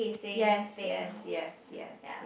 yes yes yes yes